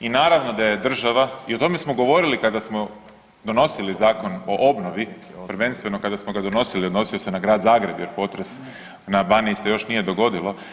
I naravno da je država i o tome smo govorili kada smo donosili Zakon o obnovi, prvenstveno kada smo ga donosili odnosio se na Grad Zagreba jer potres se na Baniji još nije dogodio.